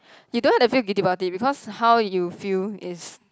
you don't have to feel guilty about it because how you feel is